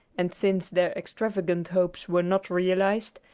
and since their extravagant hopes were not realized,